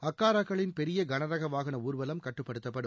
அக்காராக்களின் பெரிய கனகர வாகன ஊர்வலம் கட்டுப்படுத்தப்படும்